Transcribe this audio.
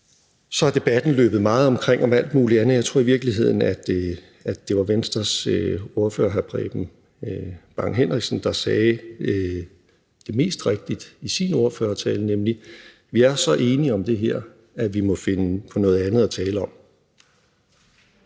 at debatten er løbet meget omkring alt muligt andet. Jeg tror i virkeligheden, det var Venstres ordfører, hr. Preben Bang Henriksen, der sagde det mest rigtigt i sin ordførertale, nemlig: Vi er så enige om det her, at vi må finde på noget andet at tale om.